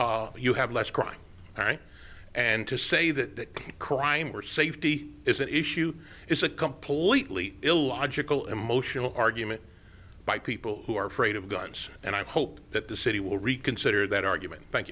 people you have less crime all right and to say that crime or safety is an issue is a completely illogical emotional argument by people who are afraid of guns and i hope that the city will reconsider that argument thank